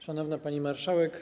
Szanowna Pani Marszałek!